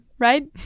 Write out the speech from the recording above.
right